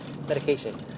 medication